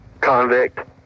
convict